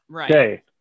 Okay